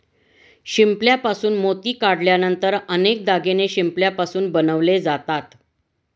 शिंपल्यापासून मोती काढल्यानंतर अनेक दागिने शिंपल्यापासून बनवले जातात